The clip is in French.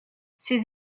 ses